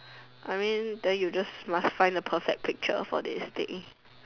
I mean then you just must find the perfect picture for this thing